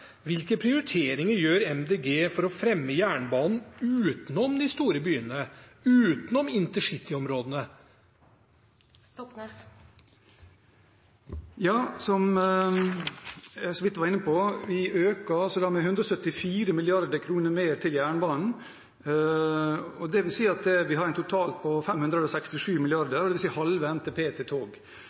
Hvilke prioriteringer gjør Miljøpartiet De Grønne for å fremme jernbanen utenom de store byene, utenom intercityområdene? Som jeg så vidt var inne på, øker vi med 174 mrd. kr mer til jernbanen. Det vil si at vi har en total på 567 mrd. kr, altså halve NTP til tog.